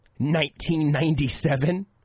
1997